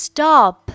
Stop